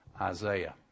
Isaiah